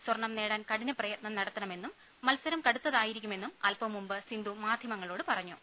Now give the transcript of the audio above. സ്വർണം നേടാൻ കഠിന പ്രയത്നം നടത്തണമെന്നും മത്സരം കടുത്തായിരിക്കു മെന്നും അൽപ്പംമുമ്പ് സിന്ധു മാധ്യമങ്ങളോട് പറഞ്ഞു